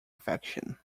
affection